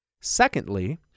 Secondly